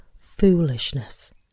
foolishness